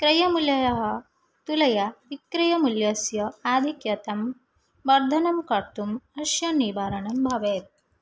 क्रयमूल्यं तुलया विक्रयमूल्यस्य आधिक्यं वर्धनं कर्तुं अस्य निवारणं भवेत्